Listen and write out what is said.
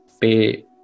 Pay